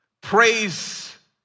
Praise